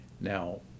Now